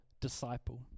disciple